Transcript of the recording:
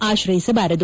ಆಕ್ರಯಿಸಬಾರದು